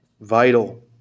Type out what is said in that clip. vital